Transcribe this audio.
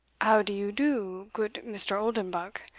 how do you do, goot mr. oldenbuck?